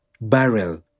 barrel